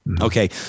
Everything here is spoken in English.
Okay